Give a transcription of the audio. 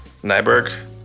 Nyberg